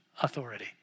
authority